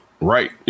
right